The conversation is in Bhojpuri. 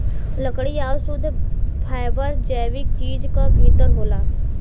लकड़ी आउर शुद्ध फैबर जैविक चीज क भितर होला